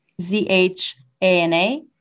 Z-H-A-N-A